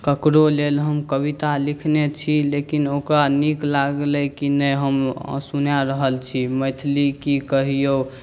ककरो लेल हम कविता लिखने छी लेकिन ओकरा नीक लागलै कि नहि हम सुना रहल छी मैथिली कि कहिऔ